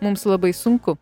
mums labai sunku